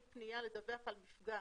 אם אתם חושבים שפניה של דיווח על מפגע